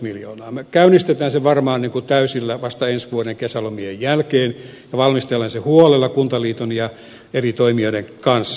me käynnistämme sen varmaan täysillä vasta ensi vuoden kesälomien jälkeen ja valmistelemme sen huolella kuntaliiton ja eri toimijoiden kanssa